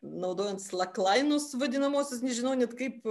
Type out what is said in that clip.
naudojant slaklainus vadinamuosius nežino net kaip